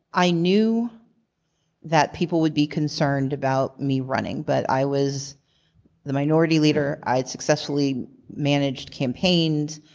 i knew that people would be concerned about me running. but i was the minority leader. i had successfully managed campaigns.